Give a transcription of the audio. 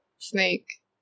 Snake